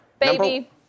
baby